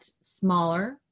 smaller